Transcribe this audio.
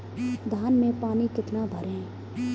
धान में पानी कितना भरें?